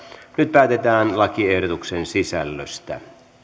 nyt päätetään lakiehdotusten sisällöstä